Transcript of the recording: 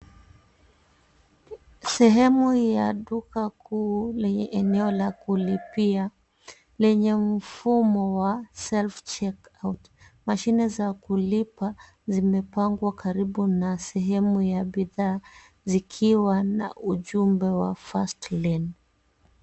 Sehemu ya duka kuu ni eneo la kulipia lenye mfumo wa self check out . Mashine za kulipa zimepangwa karibu na sehemu ya bidhaa zikiwa na ujumbe wa first lane .